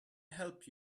help